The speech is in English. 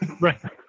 Right